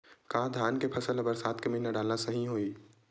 का धान के फसल ल बरसात के महिना डालना सही होही?